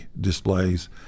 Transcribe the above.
displays